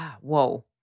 Whoa